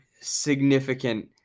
significant